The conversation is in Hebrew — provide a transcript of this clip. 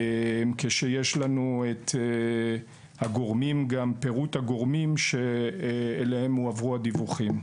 כשיש לנו גם את פירוט הגורמים שאליהם הועברו הדיווחים.